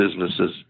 businesses